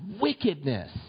wickedness